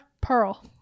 Pearl